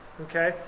okay